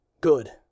good